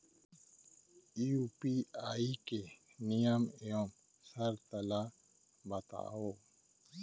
UPI के नियम एवं शर्त ला बतावव